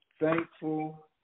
thankful